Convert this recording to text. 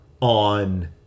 on